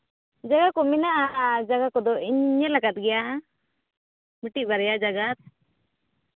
ᱡᱟᱭᱜᱟ ᱠᱚ ᱢᱮᱱᱟᱜᱼᱟ ᱡᱟᱭᱜᱟ ᱠᱚᱫᱚ ᱤᱧ ᱧᱮᱞ ᱟᱠᱟᱫ ᱜᱮᱭᱟ ᱢᱤᱫᱴᱤᱡ ᱵᱟᱨᱭᱟ ᱡᱟᱭᱜᱟ